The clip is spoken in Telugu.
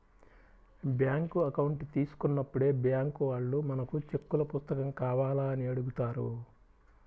బ్యాంకు అకౌంట్ తీసుకున్నప్పుడే బ్బ్యాంకు వాళ్ళు మనకు చెక్కుల పుస్తకం కావాలా అని అడుగుతారు